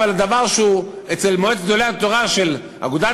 אבל דבר שהוא אצל מועצת גדולי התורה של אגודת